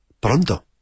pronto